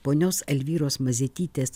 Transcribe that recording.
ponios alvyros mazetytės